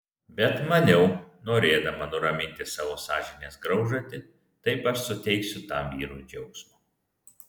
bet maniau norėdama nuraminti savo sąžinės graužatį taip aš suteiksiu tam vyrui džiaugsmo